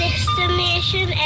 Destination